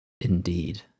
Indeed